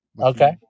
Okay